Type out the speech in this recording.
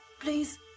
Please